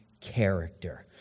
character